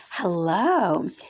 Hello